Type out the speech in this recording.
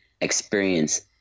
experience